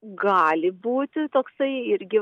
gali būti toksai irgi